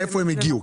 מאיפה הם הגיעו?